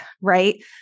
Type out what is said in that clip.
right